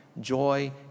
joy